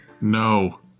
No